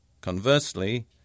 conversely